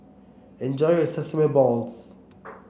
enjoy your Sesame Balls